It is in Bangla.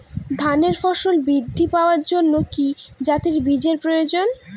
ধানে ফলন বৃদ্ধি পাওয়ার জন্য কি জাতীয় বীজের প্রয়োজন?